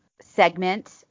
segment